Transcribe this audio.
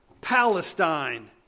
Palestine